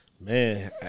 Man